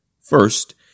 First